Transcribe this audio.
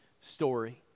story